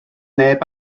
neb